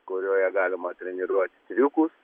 kurioje galima treniruoti triukus